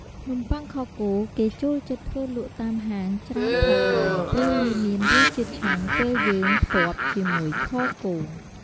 នំប័ុងខគោគេក៏ចូលចិត្តធ្វើលក់តាមហាងច្រើនផងដែរ ព្រោះវាមានរសជាតិឆ្ងាញ់ពេលយើងផ្ទាប់ជាមួយខគោ។